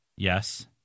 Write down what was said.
Yes